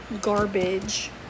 garbage